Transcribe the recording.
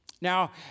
Now